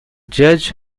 judge